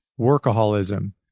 workaholism